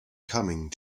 coming